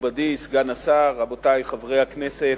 מכובדי סגן השר, רבותי חברי הכנסת,